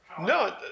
No